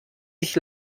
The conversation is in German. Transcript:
sich